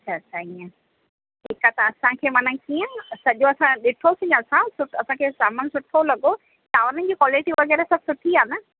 अच्छा अच्छा हीअं ठीकु आहे त असांखे माना कीअं सॼो असां ॾिठोसीं असां असांखे सामान सुठो लॻो चांवरुनि जी क्वालिटी वग़ैरह सभु सुठी आहे न